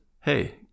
hey